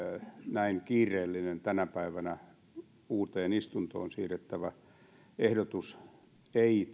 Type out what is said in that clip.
näin kiireellinen tänä päivänä uuteen istuntoon siirrettävä ehdotus ei